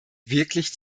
wirklich